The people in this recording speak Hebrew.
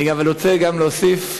אני רוצה גם להוסיף,